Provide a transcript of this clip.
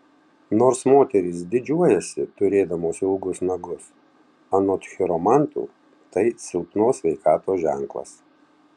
nors moterys didžiuojasi turėdamos ilgus nagus anot chiromantų tai silpnos sveikatos ženklas